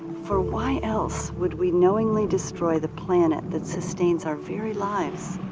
for why else would we knowingly destroy the plant that sustains our very lives?